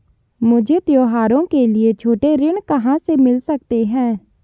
मुझे त्योहारों के लिए छोटे ऋण कहाँ से मिल सकते हैं?